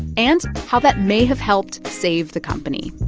and how that may have helped save the company